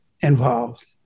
involved